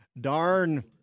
Darn